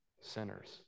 sinners